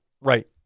right